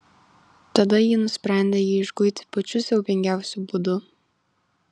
tada ji nusprendė jį išguiti pačiu siaubingiausiu būdu